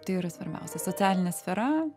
tai yra svarbiausia socialinė sfera